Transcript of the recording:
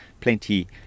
plenty